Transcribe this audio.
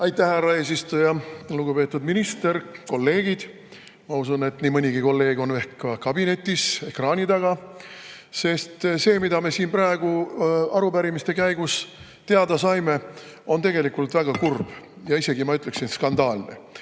Aitäh, härra eesistuja! Lugupeetud minister! Kolleegid! Ma usun, et nii mõnigi kolleeg on ehk ka kabinetis ekraani taga, sest see, mida me siin praegu arupärimiste käigus teada saime, on tegelikult väga kurb ja isegi, ma ütleksin, skandaalne.